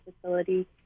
facility